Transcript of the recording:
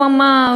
הוא אמר,